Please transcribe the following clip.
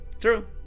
true